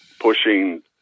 pushing